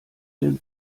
denn